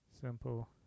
simple